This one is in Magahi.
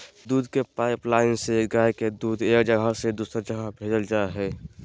दूध के पाइपलाइन से गाय के दूध एक जगह से दोसर जगह भेजल जा हइ